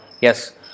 Yes